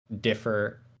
differ